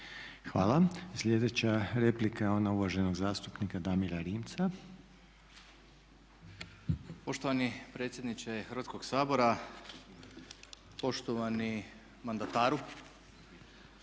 Hvala. Sljedeća replika je ona uvaženog zastupnika Damira Rimca. **Rimac, Damir (SDP)** Poštovani predsjedniče Hrvatskog sabora, poštovani mandataru.